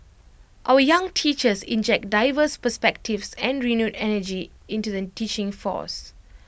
our young teachers inject diverse perspectives and renewed energy into the teaching force